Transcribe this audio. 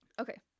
Okay